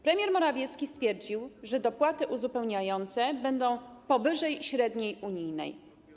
Premier Morawiecki stwierdził, że dopłaty uzupełniające będą powyżej średniej unijnej.